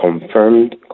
confirmed